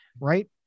right